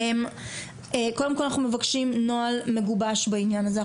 אנחנו מבקשים נוהל מגובש בעניין הזה.